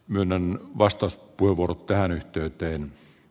nainen vastasi kuivunut tähän yhteyteen